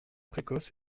précoce